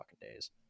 days